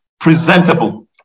presentable